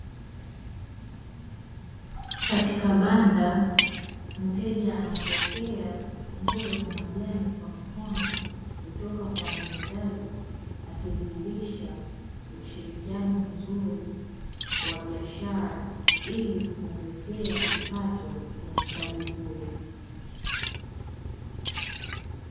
Katika banda mteja anapokea mboga za majani kwa mikono kutoka kwa muuzaji akidhihirisha ushirikiano mzuri wa biashara ili kumuongezea kipato muuzaji huyo.